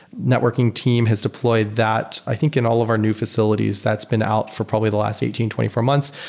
networking team has deployed that. i think in all of our new facilities, that's been out for probably the last eighteen, twenty four months.